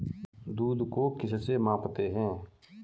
दूध को किस से मापते हैं?